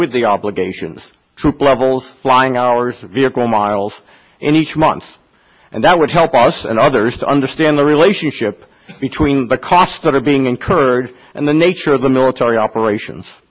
with the obligations troop levels flying hours vehicle miles in each month and that would help us and others to understand the relationship between the cost of being incurred and the nature of the military operations